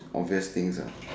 obvious things lah